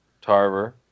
Tarver